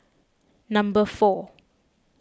number four